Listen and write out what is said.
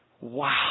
wow